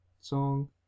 Song